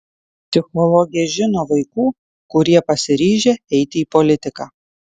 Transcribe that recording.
psichologė žino vaikų kurie pasiryžę eiti į politiką